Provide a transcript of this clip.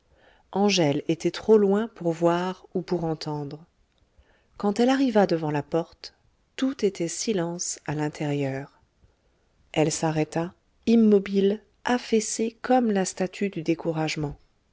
angèle était trop loin pour voir ou pour entendre quand elle arriva devant la porte tout était silence à l'intérieur elle s'arrêta immobile affaissée comme la statue du découragement